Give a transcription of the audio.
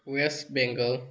west Bengal